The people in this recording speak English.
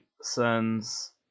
sends